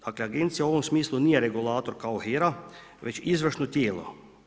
Dakle agencija u ovom smislu nije regulator kao HERA, već izvršno tijelo.